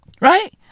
Right